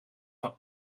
van